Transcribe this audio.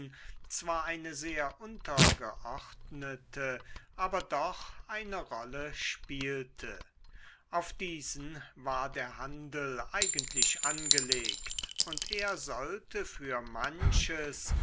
zwar eine sehr untergeordnete aber doch eine rolle spielte auf diesen war der handel eigentlich angelegt und er sollte für manches